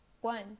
one